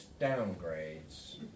downgrades